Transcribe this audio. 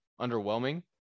underwhelming